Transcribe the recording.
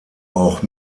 auch